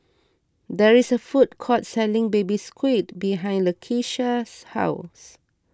there is a food court selling Baby Squid behind Lakeisha's house